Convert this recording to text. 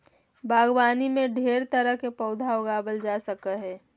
बागवानी में ढेर तरह के पौधा उगावल जा जा हइ